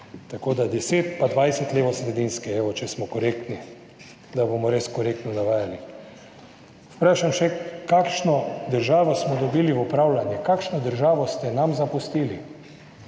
tako da deset in 20 levosredinske, evo, če smo korektni, da bomo res korektno navajali. Vprašam vas še, kakšno državo smo dobili v upravljanje? Kakšno državo ste nam zapustili,